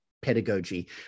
pedagogy